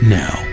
now